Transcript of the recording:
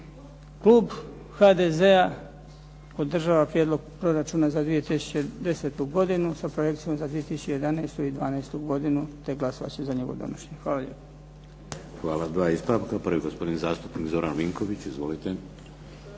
Klub HDZ-a podržava prijedlog proračuna za 2010. godinu, sa projekcijom za 2011. i 2012. godinu te glasovat će za njegovo donošenje. Hvala lijepa. **Šeks, Vladimir (HDZ)** Hvala. Dva ispravka. Prvi, gospodin zastupnik Zoran Vinković, izvolite.